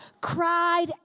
cried